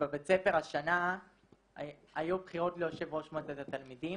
ספר השנה היו בחירות ליושב ראש מועצת התלמידים,